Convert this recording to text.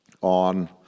on